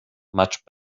much